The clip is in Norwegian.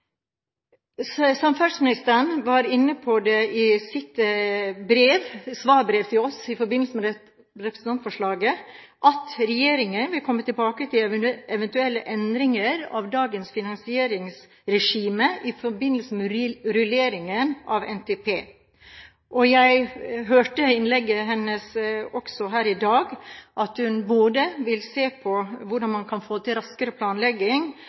Samferdselsministeren var inne på det i sitt svarbrev til oss i forbindelse med vårt representantforslag: «Regjeringen vil komme tilbake til eventuelle endringer av dagens finansieringsregime i forbindelse med rulleringen av NTP.» Jeg hørte også i innlegget hennes her i dag at hun vil se på både hvordan man kan få til raskere planlegging,